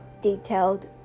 detailed